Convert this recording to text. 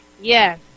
Yes